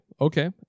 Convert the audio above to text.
okay